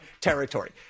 territory